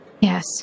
Yes